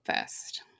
first